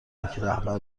رهبر